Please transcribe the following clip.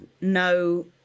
no